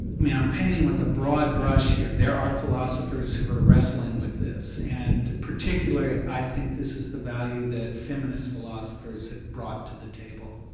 mean, i'm painting with a broad brush here there are philosophers who are wrestling with this, and particularly i think this is the value that feminist philosophers have brought to the table.